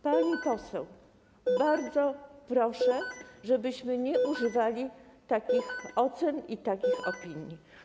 Pani poseł, bardzo proszę, żebyśmy nie używali takich ocen i takich opinii.